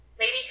lady